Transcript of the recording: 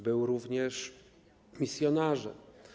Był również misjonarzem.